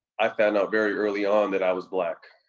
i found out very early on that i was black,